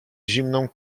zimną